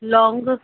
लौंग